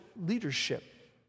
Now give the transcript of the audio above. leadership